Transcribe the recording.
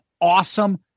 awesome